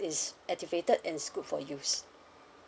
is activated and is good for use